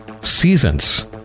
Seasons